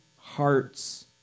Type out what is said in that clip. heart's